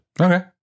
Okay